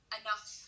enough